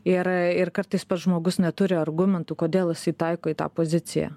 ir ir kartais pats žmogus neturi argumentų kodėl jisai taiko į tą poziciją